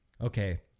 okay